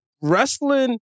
wrestling